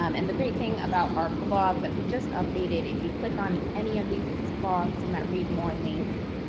um and the great thing about our blog, that we just updated, if you click on any of these blogs on that read more link,